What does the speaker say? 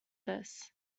this